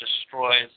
destroys